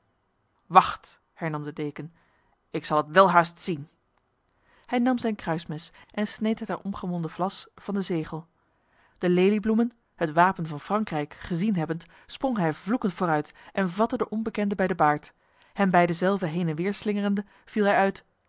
wacht hernam de deken ik zal het welhaast zien hij nam zijn kruismes en sneed het er omgewonden vlas van de zegel de leliebloemen het wapen van frankrijk gezien hebbend sprong hij vloekend vooruit en vatte de onbekende bij de baard hem bij dezelve heen en weer slingerende viel hij uit